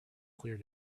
clear